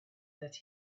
that